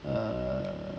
err